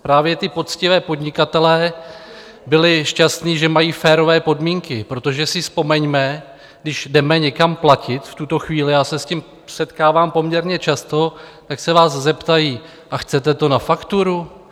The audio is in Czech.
Právě ti poctiví podnikatelé byli šťastní, že mají férové podmínky, protože si vzpomeňme, když jdeme někam platit v tuto chvíli, já se s tím setkávám poměrně často, tak se vás zeptají: A chcete to na fakturu?